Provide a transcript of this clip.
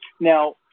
Now